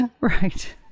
right